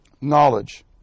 knowledge